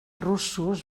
russos